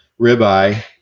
ribeye